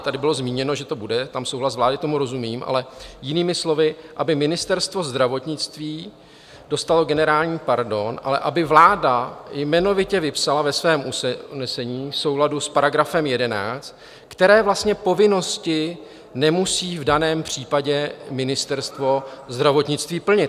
Tady bylo zmíněno, že tam souhlas vlády bude, tomu rozumím, ale jinými slovy, aby Ministerstvo zdravotnictví dostalo generální pardon, ale aby vláda jmenovitě vypsala ve svém usnesení v souladu s § 11, které vlastně povinnosti nemusí v daném případě Ministerstvo zdravotnictví plnit.